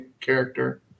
character